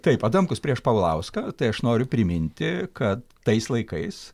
taip adamkus prieš paulauską tai aš noriu priminti kad tais laikais